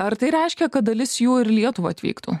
ar tai reiškia kad dalis jų ir į lietuvą atvyktų